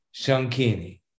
shankini